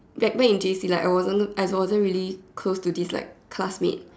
that back in J_C like I wasn't really close to this like classmate